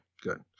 Good